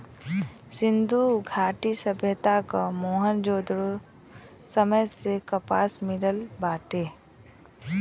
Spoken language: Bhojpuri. सिंधु घाटी सभ्यता क मोहन जोदड़ो समय से कपास मिलल बाटे